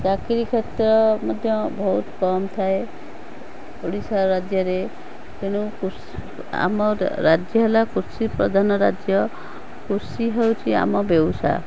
ଚାକିରୀ କ୍ଷେତ୍ର ମଧ୍ୟ ବହୁତ କମ ଥାଏ ଓଡ଼ିଶା ରାଜ୍ୟରେ ତେଣୁ କୃଷି ଆମ ରାଜ୍ୟ ହେଲା କୃଷି ପ୍ରଧାନ ରାଜ୍ୟ କୃଷି ହେଉଛି ଆମ ବେଉସା